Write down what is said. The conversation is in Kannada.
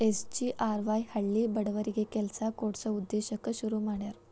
ಎಸ್.ಜಿ.ಆರ್.ವಾಯ್ ಹಳ್ಳಿ ಬಡವರಿಗಿ ಕೆಲ್ಸ ಕೊಡ್ಸ ಉದ್ದೇಶಕ್ಕ ಶುರು ಮಾಡ್ಯಾರ